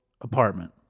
apartment